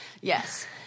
Yes